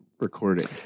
Recording